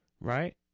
Right